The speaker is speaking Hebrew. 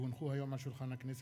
כי הונחו היום על שולחן הכנסת,